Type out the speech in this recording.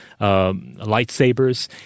lightsabers